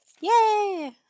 Yay